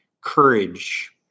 courage